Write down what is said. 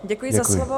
Děkuji za slovo.